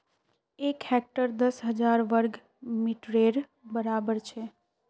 एक हेक्टर दस हजार वर्ग मिटरेर बड़ाबर छे